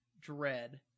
dread